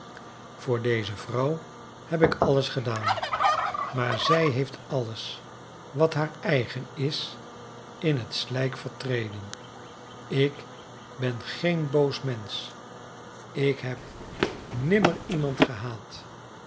voor deze vrouw heb ik alles gedaan maar zij heeft alles wat haar eigen is in het slijk vertreden tk ben geen boos mensch ik heb nimmer iemand gehaat